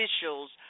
officials